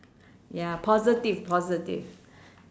ya positive positive